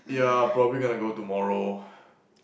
ya probably gonna go tomorrow